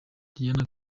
diana